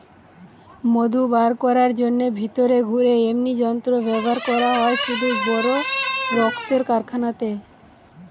মধু বার কোরার জন্যে ভিতরে ঘুরে এমনি যন্ত্র ব্যাভার করা হয় শুধু বড় রক্মের কারখানাতে